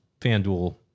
FanDuel